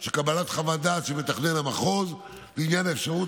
של קבלת חוות דעת של מתכנן המחוז לעניין האפשרות